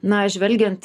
na žvelgiant